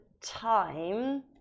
time